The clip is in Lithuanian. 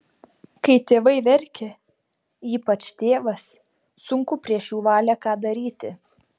kai tėvai verkia ypač tėvas sunku prieš jų valią ką daryti